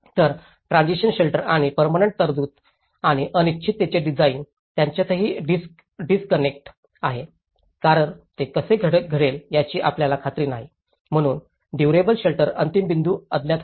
तर transition shelter आणि permanent तरतूद आणि अनिश्चिततेचे डिझाइन यांच्यातही डिस्कनेक्ट आहे कारण हे कसे घडेल याची आपल्याला खात्री नाही म्हणून ड्युरेबल शेल्टर अंतिम बिंदू अज्ञात होता